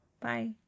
Bye